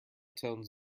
tones